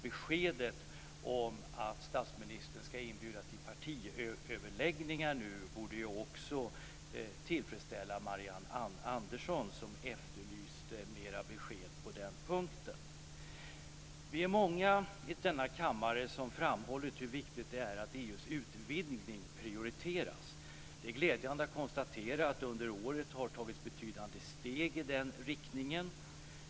Beskedet om att statsministern ska inbjuda till partiöverläggningar borde också tillfredsställa Marianne Andersson, som efterlyste mera besked på den punkten. Vi är många i denna kammare som framhållit hur viktigt det är att EU:s utvidgning prioriteras. Det är glädjande att konstatera att det under året har tagits betydande steg i den riktningen.